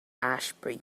ashby